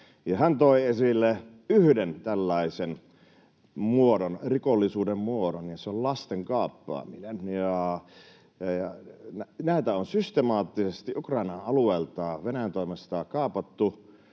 Hän toi esille yhden tällaisen rikollisuuden muodon, ja se on lasten kaappaaminen. Näitä on systemaattisesti Ukrainan alueelta Venäjän toimesta kaapattu